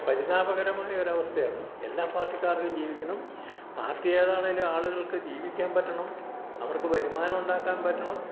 പരിതാപകരമായ ഒരവസ്ഥയാണ് എല്ലാ പാർട്ടിക്കാർക്കും ജീവിക്കണം പാർട്ടി ഏതാണെങ്കിലും ആളുകൾക്ക് ജീവിക്കാൻ പറ്റണം അവർക്ക് വരുമാനം ഉണ്ടാക്കാൻ പറ്റണം